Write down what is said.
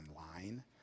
online